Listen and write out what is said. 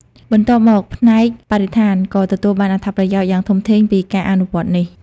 បន្ទាប់មក ផ្នែកបរិស្ថាន ក៏ទទួលបានអត្ថប្រយោជន៍យ៉ាងធំធេងពីការអនុវត្តន៍នេះ។